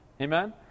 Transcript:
Amen